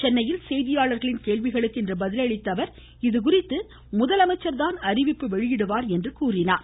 சென்னையில் செய்தியாளர்களின் கேள்விகளுக்கு பதிலளித்த அவர் இதுகுறித்து முதலமைச்சர் தான் அறிவிப்பு வெளியிடுவார் என்றார்